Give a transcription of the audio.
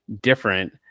different